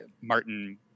Martin